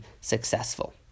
successful